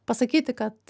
pasakyti kad